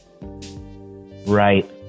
Right